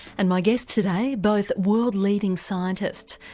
and my guests today, both world leading scientists,